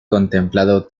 contemplado